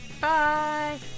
Bye